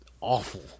awful